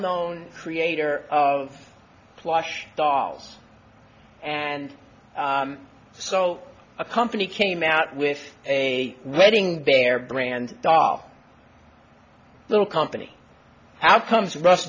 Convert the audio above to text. known creator of plush dolls and so a company came out with a wedding bear brand doll little company outcomes rus